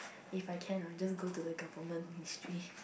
if I can I just go to the government ministry